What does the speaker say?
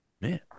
Man